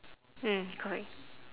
mm correct